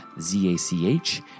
Z-A-C-H